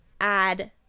add